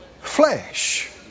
flesh